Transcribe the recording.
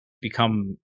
become